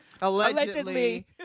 Allegedly